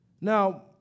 Now